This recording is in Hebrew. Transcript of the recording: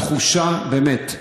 התחושה, באמת,